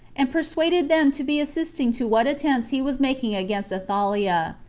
and persuaded them to be assisting to what attempts he was making against athaliah,